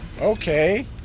Okay